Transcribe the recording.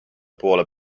poole